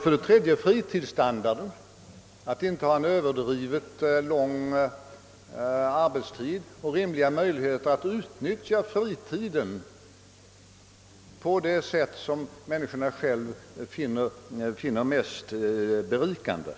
För det tredje har vi fritidsstandarden — att inte ha en överdrivet lång arbetstid och dessutom rimliga möjligheter för människorna att utnyttja fritiden på det sätt de själva finner berikande.